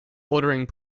ordering